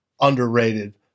underrated